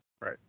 Right